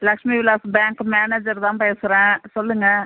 லக்ஷ்மி விலாஸ் பேங்க்கு மேனேஜர் தான் பேசுகிறேன் சொல்லுங்க